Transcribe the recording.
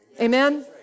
Amen